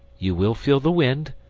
you will feel the wind,